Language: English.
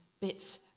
bits